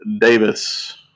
Davis